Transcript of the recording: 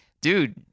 dude